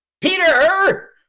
Peter